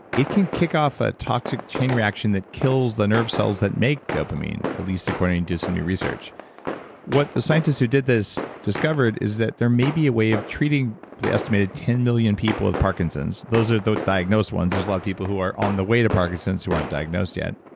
it can kick off a toxic chain reaction that kills the nerve cells that make dopamine, at least according to some new research what the scientist who did this discovered is that there may be a way of treating the estimated ten million people with parkinson's. those are the diagnosed ones. there's a lot of people who are on the way to parkinson's who aren't diagnosed yet.